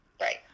Right